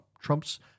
Trump's